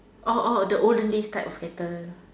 oh oh the olden days type of pattern